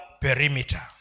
perimeter